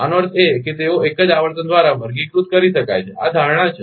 આનો અર્થ એ કે તેઓ એક જ આવર્તન દ્વારા વર્ગીકૃત કરી શકાય છે આ ધારણા છે